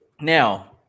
now